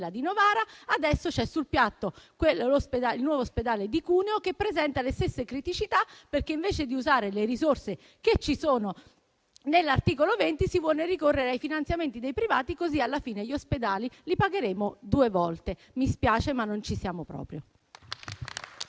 di Novara. Adesso c'è sul piatto il nuovo ospedale di Cuneo, che presenta le stesse criticità, perché, invece di usare le risorse che ci sono nell'articolo 20, si vuole ricorrere ai finanziamenti dei privati, così alla fine gli ospedali li pagheremo due volte. Mi spiace, ma non ci siamo proprio.